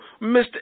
Mr